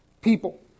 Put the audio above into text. people